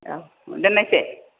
औ दोननायसै